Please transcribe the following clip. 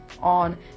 on